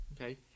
Okay